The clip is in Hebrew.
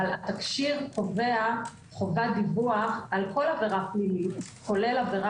אבל התקשי"ר קובע חובת דיווח על כל עבירה פלילית כולל עבירה